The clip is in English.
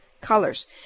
colors